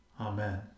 Amen